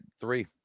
three